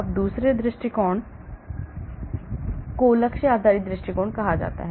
अब दूसरे दृष्टिकोण को लक्ष्य आधारित दृष्टिकोण कहा जाता है